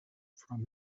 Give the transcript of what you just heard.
from